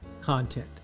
content